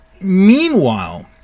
Meanwhile